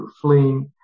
fleeing